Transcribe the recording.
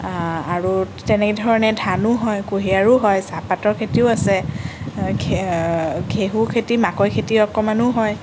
আৰু তেনেধৰণে ধানো হয় কুঁহিয়াৰো হয় চাহপাতৰ খেতিও আছে ঘে ঘেঁহু খেতি মাকৈ খেতি অকণমানো হয়